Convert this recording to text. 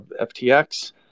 FTX